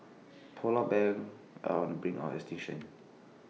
Polar Bears are on the brink of extinction